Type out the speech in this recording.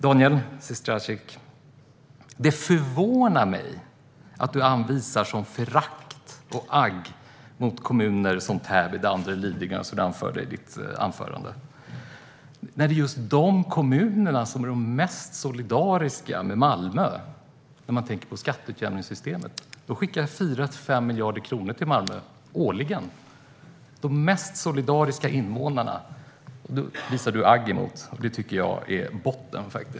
Det förvånar mig, Daniel Sestrajcic, att du visar sådant förakt och agg mot kommuner som Täby, Danderyd och Lidingö, som du nämnde i ditt anförande. Det är ju just dessa kommuner som är mest solidariska med Malmö när man tänker på skatteutjämningssystemet. De skickar 4-5 miljarder kronor till Malmö årligen. Du visar agg mot de mest solidariska invånarna, och det tycker jag är botten.